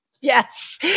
Yes